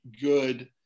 good